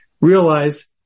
realize